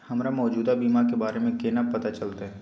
हमरा मौजूदा बीमा के बारे में केना पता चलते?